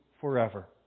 forever